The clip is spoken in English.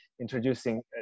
introducing